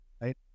right